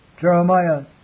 Jeremiah